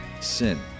sin